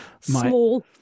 Small